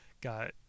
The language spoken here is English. got